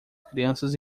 crianças